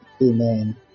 Amen